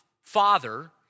father